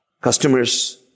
Customers